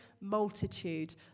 multitude